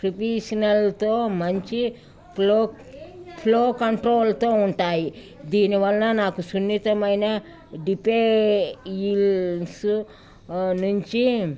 ప్రోఫెషనల్తో మంచి flow flow కంట్రోల్తో ఉంటాయి దీనివలన నాకు సున్నితమైన డీటెయిల్స్ నుంచి